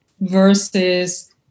Versus